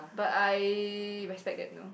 but I respect that you know